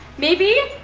maybe,